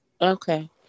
Okay